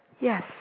yes